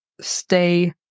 stay